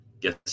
yes